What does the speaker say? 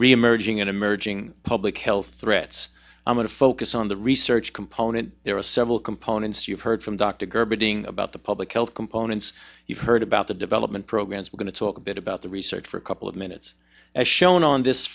reemerging and emerging public health threats i'm going to focus on the research component there are several components you've heard from dr gerberding about the public health components you've heard about the development programs we're going to talk a bit about the research for a couple of minutes as shown on this